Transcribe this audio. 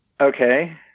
Okay